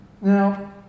Now